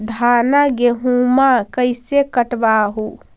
धाना, गेहुमा कैसे कटबा हू?